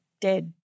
dead